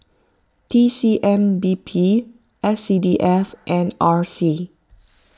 T C M B P S C D F and R C